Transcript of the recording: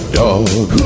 dog